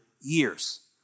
years